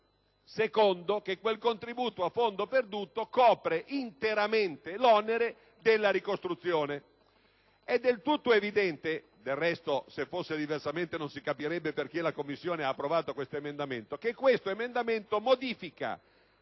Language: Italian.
luogo, che quel contributo a fondo perduto copre interamente l'onere della ricostruzione. È del tutto evidente - del resto, se fosse diversamente, non si capirebbe perché la Commissione abbia approvato quell'emendamento - che questa norma modifica